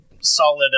solid